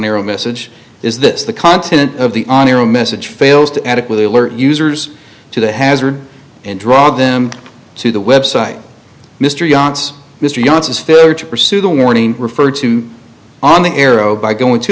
their own message is this the content of the on your own message fails to adequately alert users to the hazard and draw them to the website mr yats mr johnson's failure to pursue the warning referred to on the arrow by going to